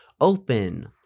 open